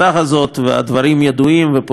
הדברים ידועים ופורסמו מאז,